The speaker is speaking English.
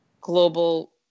global